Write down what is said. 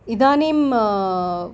इदानीं